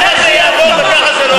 חבר הכנסת חזן,